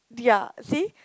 ya see